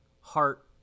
heart